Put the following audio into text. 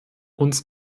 uns